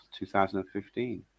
2015